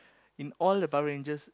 in all the Power-Rangers